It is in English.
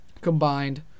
combined